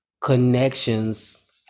connections